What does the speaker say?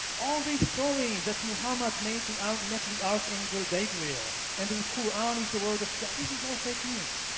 all this story that muhammad met the ah met the archangel gabriel and the quran is the word of god, this is all fake news.